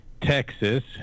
Texas